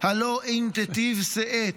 "הלוא אם תיטיב שאת,